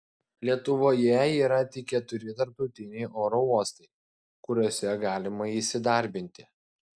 lietuvoje yra tik keturi tarptautiniai oro uostai kuriuose galima įsidarbinti